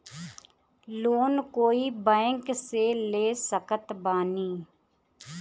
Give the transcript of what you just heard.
Loan कोई bank से ले सकत बानी?